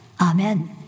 Amen